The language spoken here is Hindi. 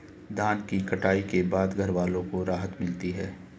धान की कटाई के बाद घरवालों को राहत मिलती है